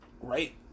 right